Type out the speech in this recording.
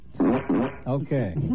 Okay